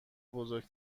بزرگ